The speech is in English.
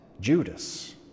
Judas